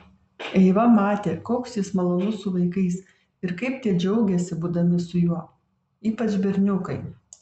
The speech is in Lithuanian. eiva matė koks jis malonus su vaikais ir kaip tie džiaugiasi būdami su juo ypač berniukai